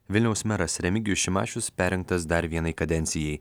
vilniaus meras remigijus šimašius perrinktas dar vienai kadencijai